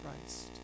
Christ